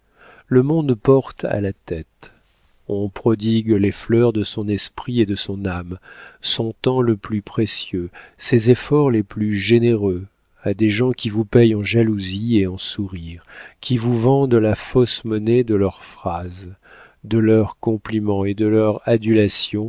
le monde porte à la tête on prodigue les fleurs de son esprit et de son âme son temps le plus précieux ses efforts les plus généreux à des gens qui vous paient en jalousie et en sourires qui vous vendent la fausse monnaie de leurs phrases de leurs compliments et de leurs